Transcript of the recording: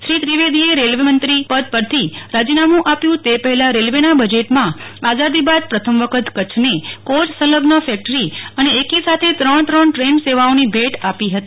શ્રી ત્રિવેદીએ રેલમંત્રી પદ પરથી રાજીનામું આપ્યુ તે પહેલા રેલ્વેના બજેટમાં આઝાદી બાદ પ્રથમ વખત કચ્છને કોય સંલઝ્ન ફેક્ટરી અને એકીસાથે ત્રણ ત્રણ ટ્રેન સેવાઓની ભેટ આપી હતી